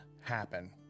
happen